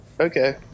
Okay